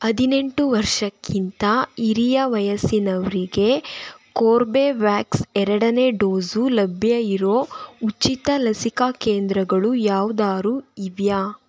ಹದಿನೆಂಟು ವರ್ಷಕ್ಕಿಂತ ಹಿರಿಯ ವಯಸ್ಸಿನವರಿಗೆ ಕೋರ್ಬೆವ್ಯಾಕ್ಸ್ ಎರಡನೇ ಡೋಸು ಲಭ್ಯ ಇರೋ ಉಚಿತ ಲಸಿಕಾ ಕೇಂದ್ರಗಳು ಯಾವ್ದಾದ್ರೂ ಇವೆಯಾ